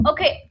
Okay